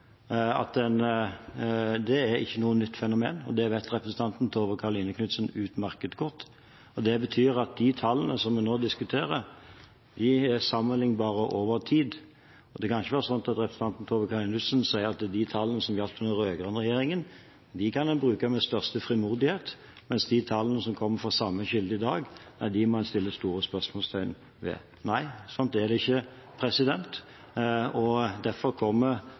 i dag omtaler, er ikke noe nytt fenomen – det vet representanten Tove Karoline Knutsen utmerket godt. Det betyr at de tallene som vi nå diskuterer, er sammenlignbare over tid, og det kan ikke være slik at representanten Tove Karoline Knutsen sier at de tallene som gjaldt under den rød-grønne regjeringen, kan en bruke med den største frimodighet, mens de tallene som kommer fra samme kilde i dag, må en sette store spørsmålstegn ved. Nei, slik er det ikke, og derfor kommer